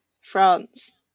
France